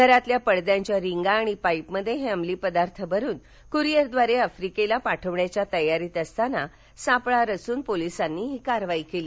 घरातल्या पडद्यांच्या रिंगा आणि पाईपमध्ये हे अंमली पदार्थ भरून क्रिअरद्वारे आफ्रिकेला पाठवण्याच्या तयारीत असताना सापळा रचून पोलिसांनी ही कारवाई केली